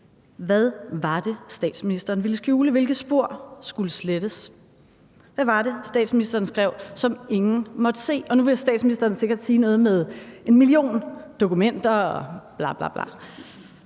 Hvad var det, statsministeren ville skjule? Hvilke spor skulle slettes? Hvad var det, statsministeren skrev, som ingen måtte se? Og nu vil statsministeren sikkert sige noget med en million dokumenter og bla, bla,